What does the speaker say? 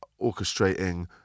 orchestrating